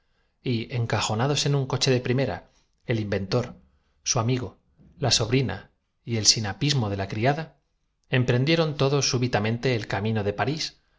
duda de cometer un homicidio coche de primera el inventor su amigo la sobrina y el sinapismo de la criada emprendieron todos súbita pero deteniéndose oportunamente se puso á rascar mente el camino de parís